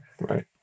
Right